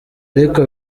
ariko